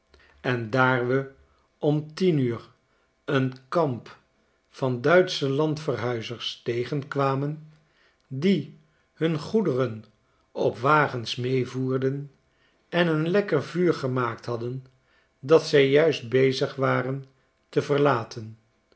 en daar we om tien uur een kampvanduitschelandverhuizerstegenkwamen die hun goederen op wagens meevoerden en een lekker vuur gemaakt hadden dat zij juist bezig waren te verlaten